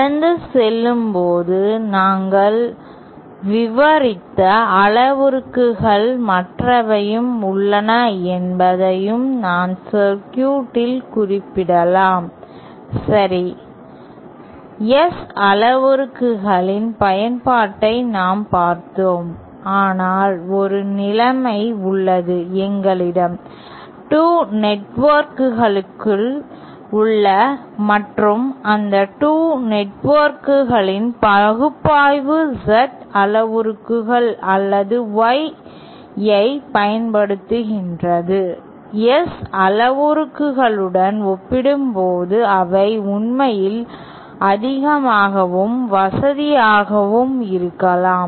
கடந்து செல்லும் போது நாங்கள் விவரித்த அளவுருக்கள் மற்றவையும் உள்ளன என்பதையும் நான் சர்க்யூட் இல் குறிப்பிடலாம் சரி S அளவுருக்களின் பயன்பாட்டை நாம் பார்த்தோம் ஆனால் ஒரு நிலைமை உள்ளது எங்களிடம் 2 நெட்வொர்க்குகள் உள்ளன மற்றும் அந்த 2 நெட்வொர்க்குகளின் பகுப்பாய்வு Z அளவுருக்கள் அல்லது Y ஐப் பயன்படுத்துகிறது S அளவுருக்களுடன் ஒப்பிடும்போது அவை உண்மையில் அதிகமாகவும் வசதியாகவும் இருக்கலாம்